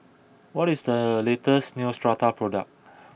what is the latest Neostrata product